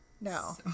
no